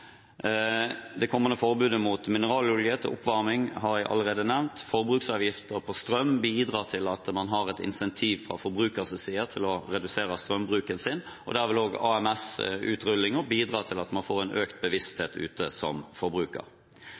Det kommende forbudet mot mineralolje til oppvarming har jeg allerede nevnt. Forbruksavgifter på strøm bidrar til at man har et incentiv fra forbrukerens side til å redusere strømbruken sin, og der vil også AMS-utrullingen bidra til at man får en økt bevissthet ute som forbruker.